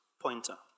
pointer